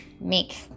make